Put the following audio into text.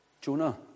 Jonah